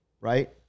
right